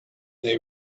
they